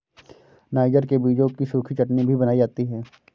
niger के बीजों की सूखी चटनी भी बनाई जाती है